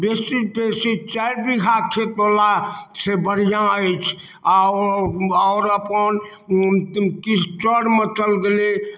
बेसी बेसी चारि बीघा खेतबलासे बढ़िआँ अछि आओ आओर अपन किछु चरमे चल गेलइ